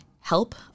help